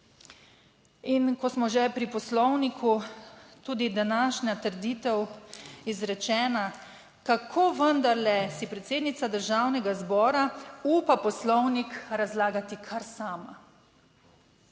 In ko smo že pri Poslovniku, tudi današnja trditev, izrečena, kako vendarle si predsednica Državnega zbora upa Poslovnik razlagati kar sama?